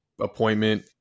appointment